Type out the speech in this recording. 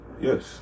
Yes